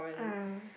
ah